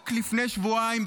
רק לפני שבועיים,